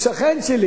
הוא שכן שלי.